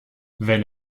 wenn